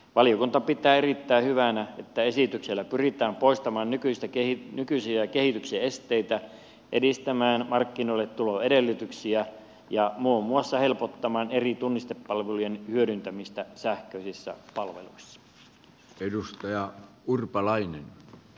valiokunta pitää erittäin hyvänä että esityksellä pyritään poistamaan nykyisiä kehityksen esteitä edistämään markkinoille tulon edellytyksiä ja muun muassa helpottamaan eri tunnistepalvelujen hyödyntämistä sähköisissä palveluissa